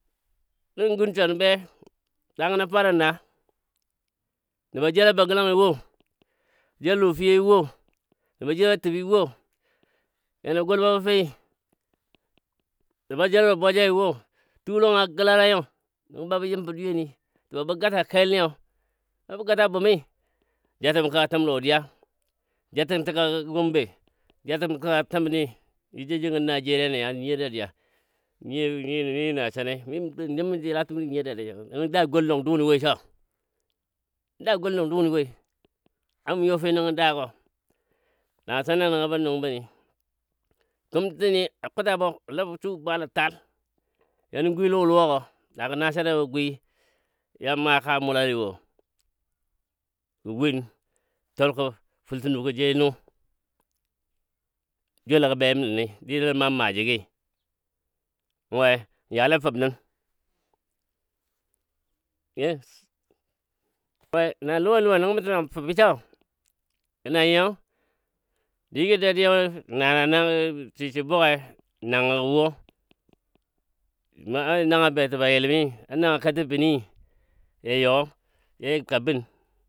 be tangəna fa nən naa nəba jella bagalangi wo jell a Lofiyoi wo. nəbɔ jell a təbɨ wo, kena gol wabɔ fei nəba jel a lɔ bwajaiwo, tuu lɔngɔ a gəlala nyo nəngo babə yim fɔ dweyeni səbə gata kelniyo a bə gata bumi jatəm kəka təm lɔdiya, jatəm təka gombe, jatəm kəka təmni ja jou jengɔ Nigeria niya nen nyiyo dadiya nən nyiyo nyiyo nasanai mə nyembɔ jalatəmɔ nə nyiyo dadiya nəngɔ da go gwal lɔng dunɔ woi so nəngɔ dagɔ gwal lɔng dunɔ woi a mu you fe nəngɔ dagɔ nasana nəngə ba nungbəmi kumtəni a kuta bɔ a labɔ subɔ bwala taal yanə gwi lɔ luwa gɔ dagə nasangɔ gwi ya ma ka mulali wo 965 joulɔ gɔ bemnə ni, joulɔ nə maam maaji gi we yale fəb dəm yes na luwai luwai nəngɔ mə swilen fəbi so gə nanyi yo digɔ dadiyabɔ na na nanga ja Swi buge nangɔ wo na nanga betɔ bayilɔmi, a nanga katafəni ja you ya ja ka bən.